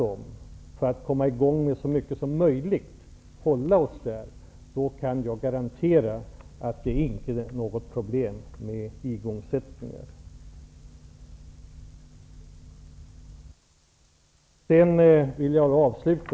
Kan vi för att komma i gång med så mycket som möjligt ena oss om att hålla oss där kan jag garantera att det inte är något problem med igångsättningar.